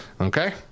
Okay